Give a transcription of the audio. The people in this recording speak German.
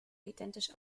identisch